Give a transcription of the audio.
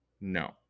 no